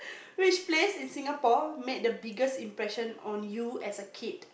which place in Singapore made the biggest impression on you as a kid